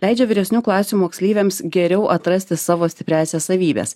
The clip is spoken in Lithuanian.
leidžia vyresnių klasių moksleiviams geriau atrasti savo stipriąsias savybes